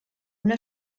una